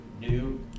new